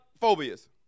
phobias